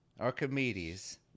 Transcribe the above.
Archimedes